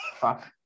Fuck